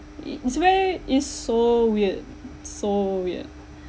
i~ it's very it's so weird so weird